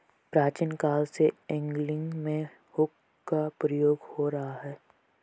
प्राचीन काल से एंगलिंग में हुक का प्रयोग हो रहा है